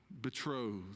betrothed